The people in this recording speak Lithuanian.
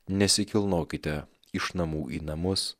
nesikilnokite iš namų į namus